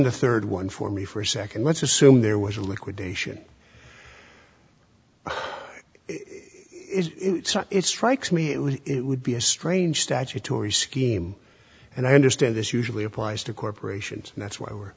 the third one for me for a second let's assume there was a liquidation it strikes me it was it would be a strange statutory scheme and i understand this usually applies to corporations and that's why we're